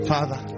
Father